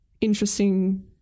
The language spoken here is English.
interesting